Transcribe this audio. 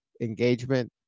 engagement